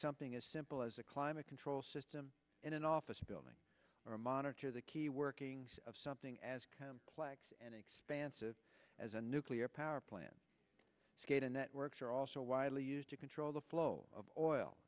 something as simple as a climate control system in an office building or monitor the key workings of something as complex and expansive as a nuclear power plant to get a network are also widely used to control the flow of oil